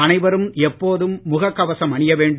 அனைவரும் எப்போதும் முகக் கவசம் அணிய வேண்டும்